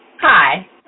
Hi